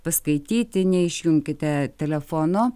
paskaityti neišjunkite telefono